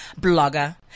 blogger